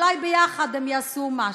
ואולי ביחד הם יעשו משהו.